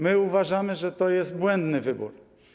My uważamy, że to jest błędny wybór.